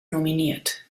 nominiert